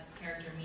character